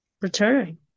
Returning